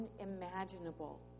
unimaginable